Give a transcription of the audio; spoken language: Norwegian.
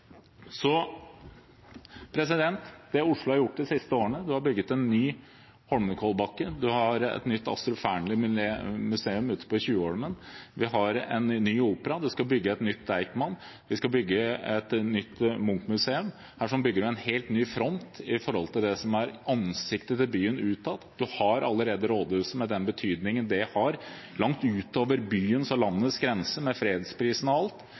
Oslo har gjort de siste årene – vi har bygget en ny Holmenkollbakke, vi har et nytt Astrup Fearnley-museum ute på Tjuvholmen, vi har en ny opera, det skal bygges et nytt Deichmanske, vi skal bygge et nytt Munch-museum, og her bygger vi en helt ny front i forhold til det som er ansiktet til byen utad. Vi har allerede Rådhuset – med den betydningen det har langt ut over byens og landets grenser, med fredsprisen og alt